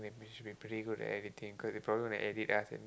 when we should be pretty good at editing cause they probably gonna edit us and